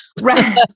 right